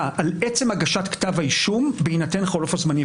על עצם הגשת כתב האישום בהינתן חלוף הזמנים.